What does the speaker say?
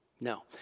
no